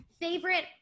favorite